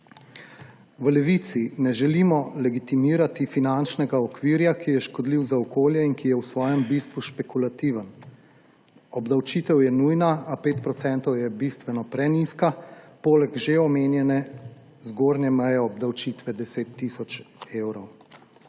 V Levici ne želimo legitimirati finančnega okvira, ki je škodljiv za okolje in ki je v svojem bistvu špekulativen. Obdavčitev je nujna, a 5-procentna je bistveno prenizka, poleg že omenjene zgornje meje obdavčitve 10 tisoč evrov.